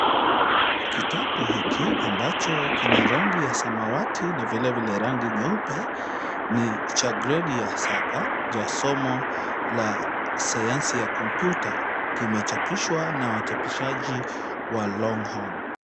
Kitabu hiki ambacho kina rangi ya samawati, na vilevile rangi nyeupe, ni cha gredi ya saba cha somo la sayansi ya kompyuta, kimechapishwa na wachapishaji wa Longhorn.